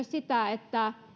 sitä että